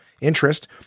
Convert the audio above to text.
interest